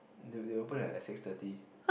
they would they open at like six thirty